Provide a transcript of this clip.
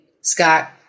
Scott